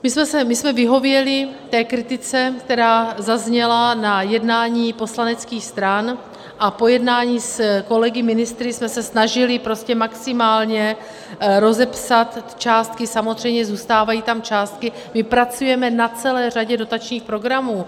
My jsme vyhověli té kritice, která zazněla na jednání poslaneckých stran, a po jednání s kolegy ministry jsme se snažili prostě maximálně rozepsat částky, samozřejmě zůstávají tam částky, my pracujeme na celé řadě dotačních programů.